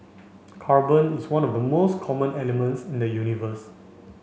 carbon is one of the most common elements in the universe